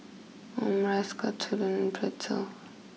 Omurice Katsudon and Pretzel